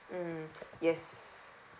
mm yes